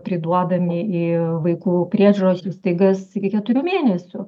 priduodami į vaikų priežiūros įstaigas iki keturių mėnesių